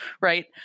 right